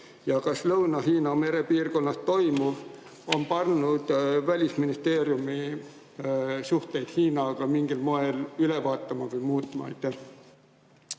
Ja kas Lõuna-Hiina mere piirkonnas toimuv on pannud Välisministeeriumi suhteid Hiinaga mingil moel üle vaatama või muutma?